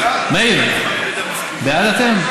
מאיר, בעד, אתם?